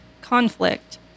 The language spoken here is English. conflict